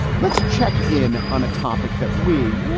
let's check in on a topic that we.